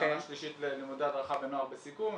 שנה שלישית ללימודי הדרכה בנוער בסיכון.